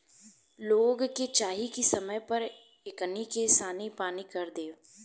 लोग के चाही की समय पर एकनी के सानी पानी कर देव